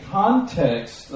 context